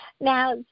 Now